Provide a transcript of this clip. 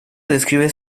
describe